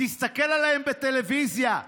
תסתכל עליהם בטלוויזיה.